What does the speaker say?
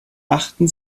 achten